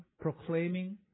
proclaiming